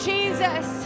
Jesus